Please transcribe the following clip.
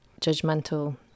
judgmental